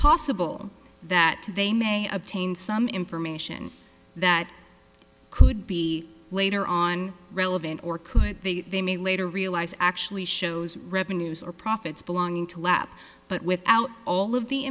possible that they may obtain some information that could be later on relevant or could they they may later realize actually shows revenues or profits belonging to lap but without all of the